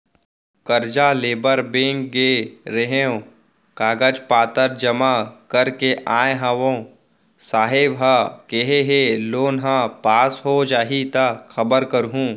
करजा लेबर बेंक गे रेहेंव, कागज पतर जमा कर के आय हँव, साहेब ह केहे हे लोन ह पास हो जाही त खबर करहूँ